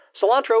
cilantro